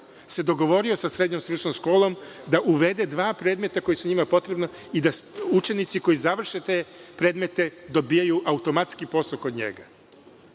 dogovorio sa srednjom stručnom školom da uvede dva predmeta koji su njima potrebna i da učenici koji završe te predmete dobijaju automatski posao kod njega.